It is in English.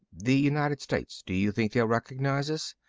the united states. do you think they'll recognize us?